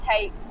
take